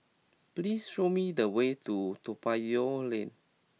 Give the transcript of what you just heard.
please show me the way to Toa Payoh Lane